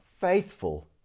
faithful